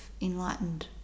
enlightened